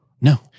No